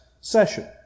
session